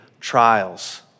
trials